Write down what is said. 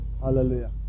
Hallelujah